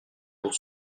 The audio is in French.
pour